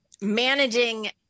Managing